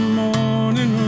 morning